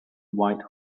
white